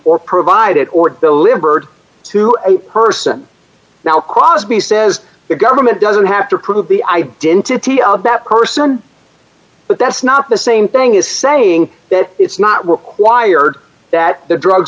or provided or delivered to a person now cause me says the government doesn't have to prove the identity of that person but that's not the same thing as saying that it's not required that the drug